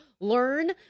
learn